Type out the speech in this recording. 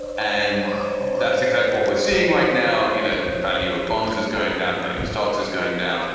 and that's exactly what we're seeing right now. you know, the value of bonds is going down, the value of stocks is going down,